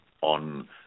on